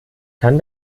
kann